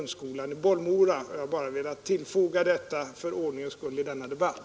Jag har för ordningens skull velat tillfoga detta i denna debatt.